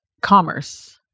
commerce